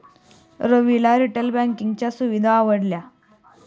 रविला रिटेल बँकिंगच्या सुविधा आवडल्या